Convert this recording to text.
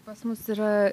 pas mus yra